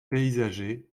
paysager